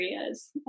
areas